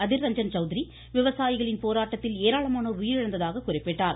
அதிர் ரஞ்சன் சௌத்ரி விவசாயிகளின் போராட்டத்தில் ஏராளமானோர் உயிரிழந்ததாகக் குறிப்பிட்டார்